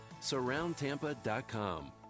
Surroundtampa.com